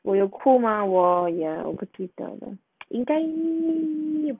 我有哭吗我 err 我不记得了应该有